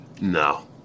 No